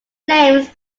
names